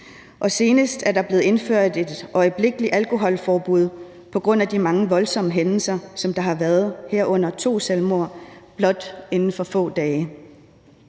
og senest er der blevet indført et øjeblikkeligt alkoholforbud på grund af de mange voldsomme hændelser, der har været, herunder to selvmord, inden for blot få dage.